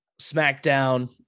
SmackDown